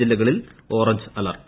ജില്ലകളിൽ orange alert